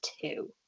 two